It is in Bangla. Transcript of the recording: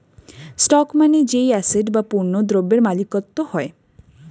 স্টক মানে যেই অ্যাসেট বা পণ্য দ্রব্যের মালিকত্ব হয়